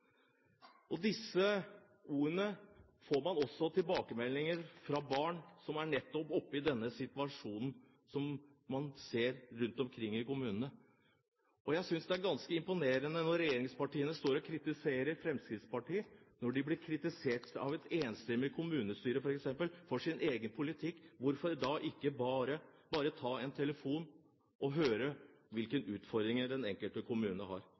forutsigbarhet. Disse ordene får man også i tilbakemeldinger fra barn som nettopp er oppe i denne situasjonen, som man ser rundt omkring i kommunene. Jeg synes det er ganske imponerende når regjeringspartiene står og kritiserer Fremskrittspartiet, når de blir kritisert av f.eks. et enstemmig kommunestyre for sin egen politikk. Hvorfor ikke bare ta en telefon og høre hvilke utfordringer den enkelte kommune har?